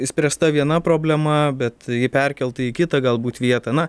išspręsta viena problema bet ji perkelta į kitą galbūt vietą na